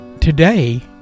today